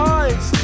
eyes